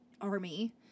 army